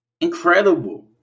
Incredible